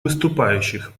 выступающих